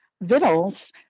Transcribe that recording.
vittles